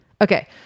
Okay